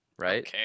right